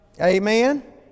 Amen